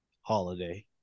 holiday